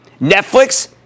Netflix